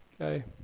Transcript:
Okay